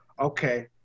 Okay